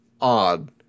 odd